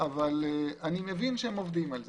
אני מבין שהם עובדים על זה.